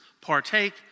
partake